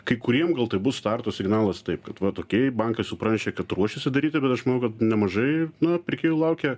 kai kuriem gal tai bus starto signalas taip kad va okei bankas jau pranešė kad ruošiasi daryt ir aš manau kad nemažai na pirkėjų laukia